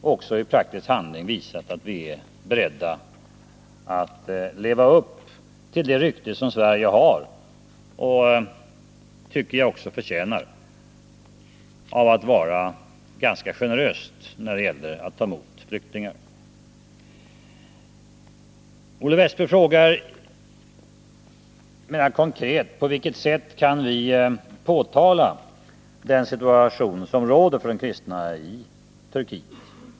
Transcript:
Vi har även i praktisk handling visat att vi är beredda att leva upp till det rykte som Sverige har och, tycker jag, också förtjänar — att vara ganska generöst när det gäller att ta emot flyktingar. Olle Wästberg frågar mera konkret: På vilket sätt kan vi påtala den situation som råder för de kristna i Turkiet?